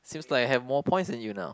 seems like I have more points than you now